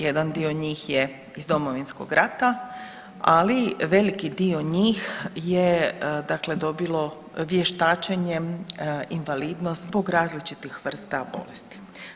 Jedan dio njih je iz Domovinskog rata, ali veliki dio njih je, dakle dobilo vještačenjem invalidnost zbog različitih vrsta bolesti.